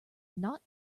not